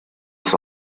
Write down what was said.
das